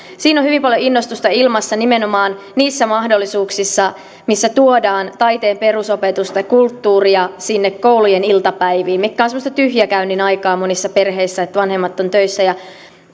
siinä on hyvin paljon innostusta ilmassa nimenomaan niissä mahdollisuuksissa missä tuodaan taiteen perusopetusta kulttuuria sinne koulujen iltapäiviin mitkä ovat semmoista tyhjäkäynnin aikaa monissa perheissä että vanhemmat ovat töissä ja